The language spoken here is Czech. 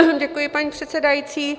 Děkuji, paní předsedající.